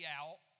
out